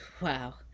Wow